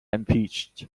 impeached